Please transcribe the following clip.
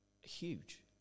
huge